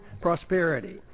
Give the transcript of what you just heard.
prosperity